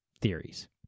theories